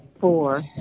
four